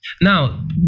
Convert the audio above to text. now